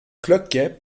cloquet